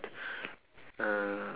uh